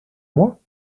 moi